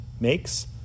makes